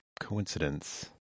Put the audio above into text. coincidence